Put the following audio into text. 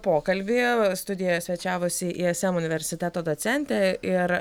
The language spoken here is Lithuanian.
pokalbį studijoje svečiavosi ism universiteto docentė ir